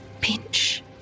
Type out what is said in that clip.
Pinch